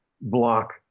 block